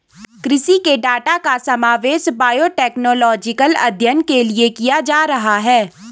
कृषि के डाटा का समावेश बायोटेक्नोलॉजिकल अध्ययन के लिए किया जा रहा है